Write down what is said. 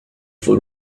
for